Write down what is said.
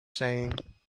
saying